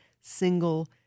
single